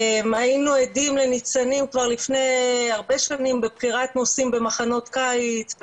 היינו עדים לניצנים כבר לפני הרבה שנים בבחירת נושאים במחנות קיץ,